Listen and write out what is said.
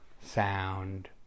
sound